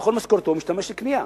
בכל משכורתו הוא משתמש לקנייה,